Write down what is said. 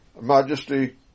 majesty